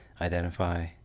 identify